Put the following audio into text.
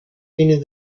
fines